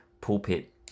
pulpit